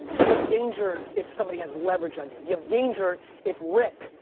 you have danger if somebody has leverage on you. you have danger if rick,